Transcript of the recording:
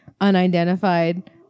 unidentified